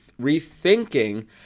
rethinking